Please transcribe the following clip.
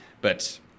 but-